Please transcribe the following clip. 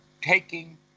taking